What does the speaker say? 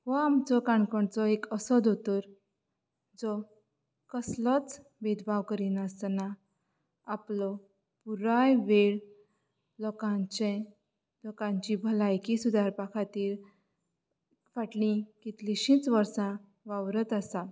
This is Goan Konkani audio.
हो आमचो काणकोणचो एक असो दोतोर जो कसलोच भेदभाव करिनासतना आपलो पुराय वेळ लोकांचे लोकांची भलायकी सुदारपा खातीर फाटली कितलीशींच वर्सां वावरत आसा